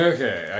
Okay